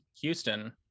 houston